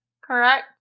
correct